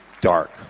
dark